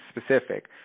specific